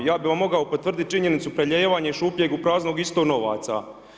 Ja bih vam mogao potvrditi činjenicu prelijevanje šupljeg u prazno isto novaca.